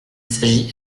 s’agit